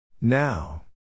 Now